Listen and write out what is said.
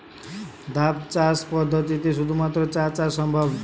ধাপ চাষ পদ্ধতিতে শুধুমাত্র চা চাষ সম্ভব?